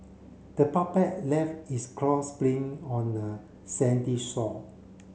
the puppet left its craws spring on the sandy shore